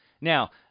Now